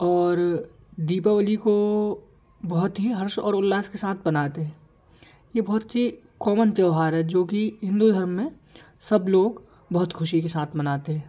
और दीपावली को बहुत ही हर्ष और उल्लास के साथ मनाते हैं ये बहुत ही कॉमन त्यौहार है जो कि हिंदू धर्म में सब लोग बहुत खुशी के साथ मनाते हैं